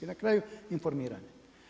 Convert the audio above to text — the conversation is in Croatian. I na kraju informiranje.